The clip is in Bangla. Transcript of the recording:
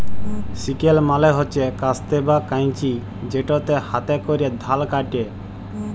সিকেল মালে হছে কাস্তে বা কাঁইচি যেটতে হাতে ক্যরে ধাল ক্যাটে